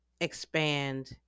expand